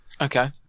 Okay